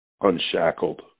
unshackled